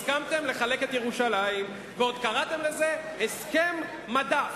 הסכמתם לחלק את ירושלים ועוד קראתם לזה "הסכם מדף".